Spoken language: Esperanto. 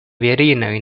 virinoj